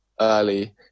early